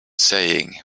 saying